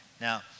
Now